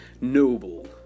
noble